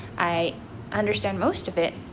i understand most of it,